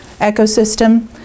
ecosystem